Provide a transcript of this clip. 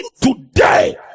today